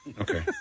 Okay